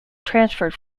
transferred